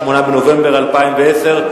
8 בנובמבר 2010,